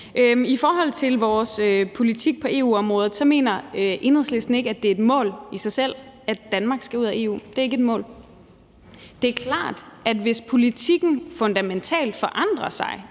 I forhold til vores politik på EU-området mener Enhedslisten ikke, at det er et mål i sig selv, at Danmark skal ud af EU. Det er ikke et mål. Det er klart, at hvis politikken fundamentalt forandrer sig